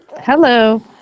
Hello